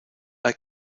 hay